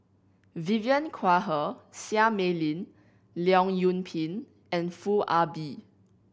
Vivien Quahe Seah Mei Lin Leong Yoon Pin and Foo Ah Bee